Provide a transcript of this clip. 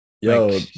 Yo